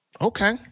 Okay